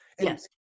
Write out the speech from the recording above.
Yes